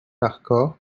hardcore